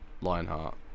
lionheart